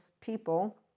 people